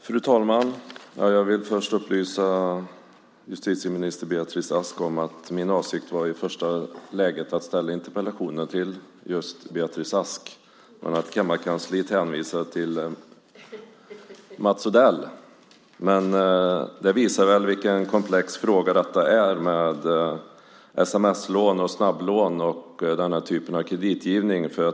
Fru talman! Jag vill först upplysa justitieminister Beatrice Ask om att min avsikt i första läget var att ställa interpellationen till just henne. Men kammarkansliet hänvisade till Mats Odell. Det visar väl vilken komplex fråga det är med sms-lån, snabblån och denna typ av kreditgivning.